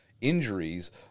injuries